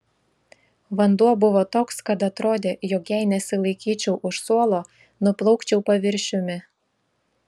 vanduo buvo toks kad atrodė jog jei nesilaikyčiau už suolo nuplaukčiau paviršiumi